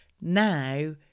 Now